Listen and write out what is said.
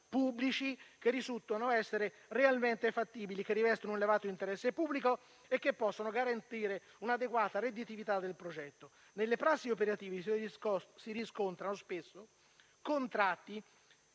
pubblici che risultano essere realmente fattibili, che rivestono un elevato interesse pubblico e che possono garantire un'adeguata redditività del progetto. Nelle prassi operative si riscontrano spesso contratti